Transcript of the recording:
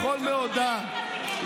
בכל מאודם,